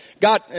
God